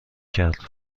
کرد